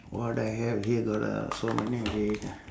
what I have here got uh so many okay